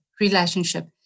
relationship